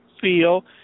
feel